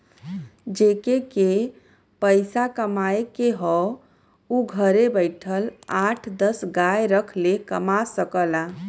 जेके के पइसा कमाए के हौ उ घरे बइठल आठ दस गाय रख के कमा सकला